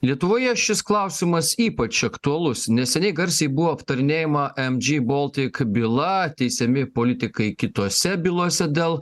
lietuvoje šis klausimas ypač aktualus neseniai garsiai buvo aptarinėjama mg baltic byla teisiami politikai kitose bylose dėl